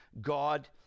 God